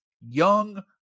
young